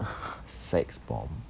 sex bomb